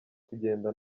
kugenda